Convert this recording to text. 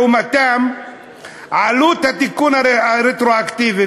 עלות התיקון הרטרואקטיבי,